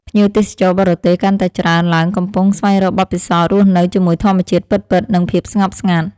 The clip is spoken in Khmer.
ភ្ញៀវទេសចរបរទេសកាន់តែច្រើនឡើងកំពុងស្វែងរកបទពិសោធន៍រស់នៅជាមួយធម្មជាតិពិតៗ និងភាពស្ងប់ស្ងាត់។